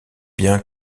bien